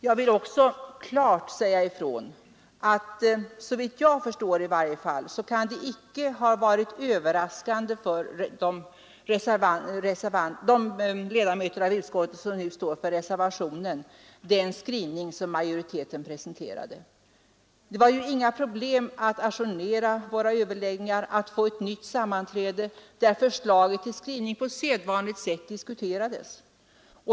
Jag vill också klart säga ifrån att den skrivning som utskottsmajoriteten presenterade icke kan ha varit överraskande för de ledamöter av utskottet som nu står för reservationen. Det skulle ju inte ha varit något problem att ajournera våra överläggningar och få till stånd ett nytt sammanträde, där förslaget till skrivning ytterligare kunnat diskuteras.